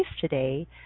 today